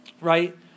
right